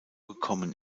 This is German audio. gekommen